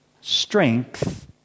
strength